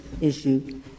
issue